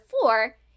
four